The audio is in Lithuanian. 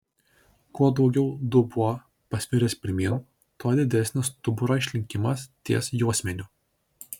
kuo daugiau dubuo pasviręs pirmyn tuo didesnis stuburo išlinkimas ties juosmeniu